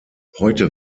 heute